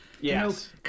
Yes